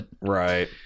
Right